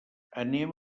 anem